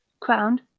crowned,